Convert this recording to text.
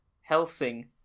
Helsing